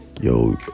yo